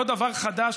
לא דבר חדש.